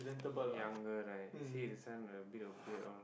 younger right you see this one got a bit of beard all